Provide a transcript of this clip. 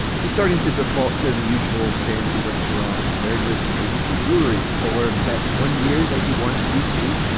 he's starting to default to the usual fancy restaurant paired with maybe some jewelry or that one year that he wanted to be sweet.